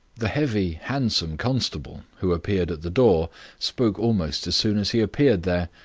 the heavy, handsome constable who appeared at the door spoke almost as soon as he appeared there.